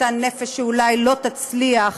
אותה נפש שאולי לא תצליח